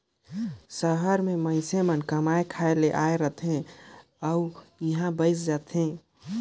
सहर में मइनसे मन कमाए खाए ले आए रहथें अउ इहें बइस जाथें